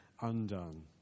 undone